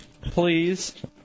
please